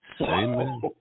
Amen